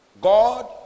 God